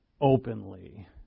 openly